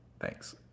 Thanks